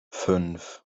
fünf